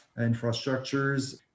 infrastructures